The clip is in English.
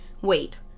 Wait